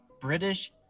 British